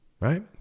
right